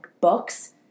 books